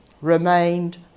remained